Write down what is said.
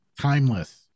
timeless